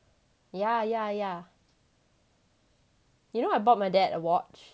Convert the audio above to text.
yeah yeah yeah you know I bought my dad a watch